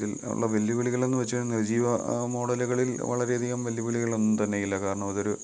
അതിൽ ഉള്ള വെല്ലുവിളികൾ എന്ന് വെച്ചാൽ നിർജ്ജീവ മോഡലുകളിൽ വളരേയധികം വെല്ലുവിളികൾ ഒന്നും തന്നെയില്ല കാരണം അതൊരു